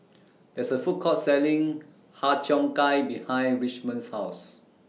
There IS A Food Court Selling Har Cheong Gai behind Richmond's House